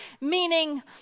meaning